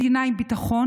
מדינה עם ביטחון,